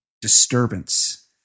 disturbance